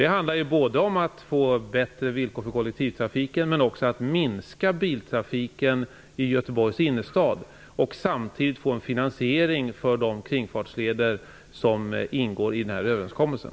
Det handlar både om att skapa bättre villkor för kollektivtrafiken och om att minska biltrafiken i Göteborgs innerstad och samtidigt få en finansiering för de kringfartsleder som ingår i den här överenskommelsen.